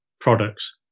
products